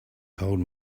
told